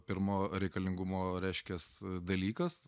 pirmo reikalingumo reiškias dalykas